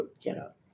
getup